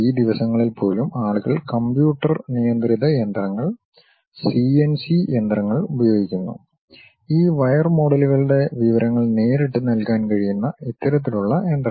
ഈ ദിവസങ്ങളിൽ പോലും ആളുകൾ കമ്പ്യൂട്ടർ നിയന്ത്രിത യന്ത്രങ്ങൾ സിഎൻസി യന്ത്രങ്ങൾ ഉപയോഗിക്കുന്നു ഈ വയർ മോഡലുകളുട വിവരങ്ങൾ നേരിട്ട് നൽകാൻ കഴിയുന്ന ഇത്തരത്തിലുള്ള യന്ത്രങ്ങൾ